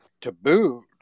taboo